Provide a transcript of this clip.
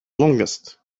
longest